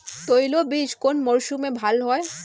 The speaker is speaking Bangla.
তৈলবীজ কোন মরশুমে ভাল হয়?